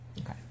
Okay